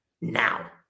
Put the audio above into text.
Now